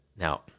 Now